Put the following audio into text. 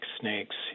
snakes